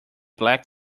black